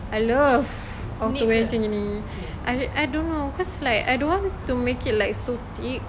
I love outerwear macam gini I I don't know cause like I don't want to make it like so thick